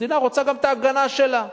המדינה רוצה גם את ההגנה שלה.